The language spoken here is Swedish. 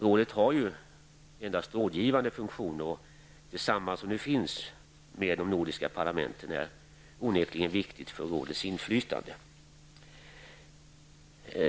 Rådet har ju endast rådgivande funktioner, och det samband som nu finns med de nordiska parlamenten är onekligen viktigt för rådets inflytande.